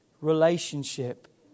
relationship